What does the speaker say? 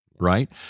right